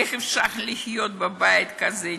איך אפשר לחיות בבית כזה?